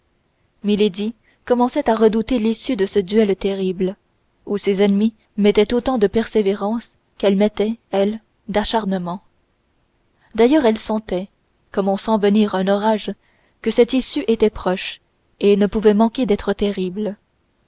milady commençait à redouter l'issue de ce duel terrible où ses ennemis mettaient autant de persévérance qu'elle mettait elle d'acharnement d'ailleurs elle sentait comme on sent venir un orage que cette issue était proche et ne pouvait manquer d'être terrible